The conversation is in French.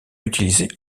utilisées